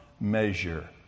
measure